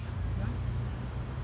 ya